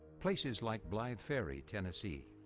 places like blythe ferry, tennessee.